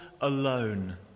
alone